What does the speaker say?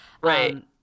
right